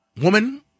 Woman